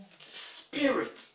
Spirit